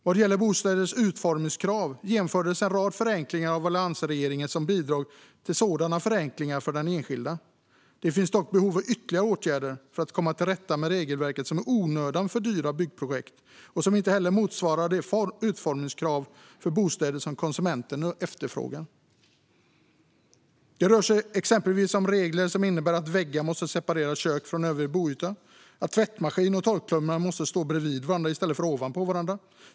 Vad gäller bostäders utformningskrav genomförde alliansregeringen en rad förenklingar för den enskilde. Det finns dock behov av ytterligare åtgärder för att komma till rätta med regelverk som i onödan fördyrar byggprojekt och som inte motsvarar de utformningskrav för bostäder som konsumenterna efterfrågar. Det rör sig exempelvis om regler som innebär att väggar måste separera kök från övrig boyta, att tvättmaskin och torktumlare måste stå bredvid varandra i stället för ovanpå varandra.